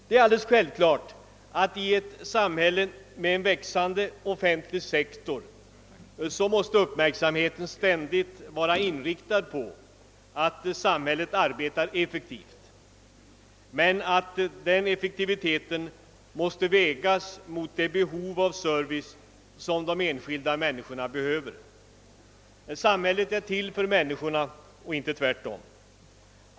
Det är alldeles självklart att i ett samhälle med växande offentlig sektor måste uppmärksamheten ständigt vara inriktad på att samhället arbetar effektivt men att effektiviteten måste vägas mot det behov av service som de enskilda människorna behöver. Samhället är till för människorna och inte tvärtom.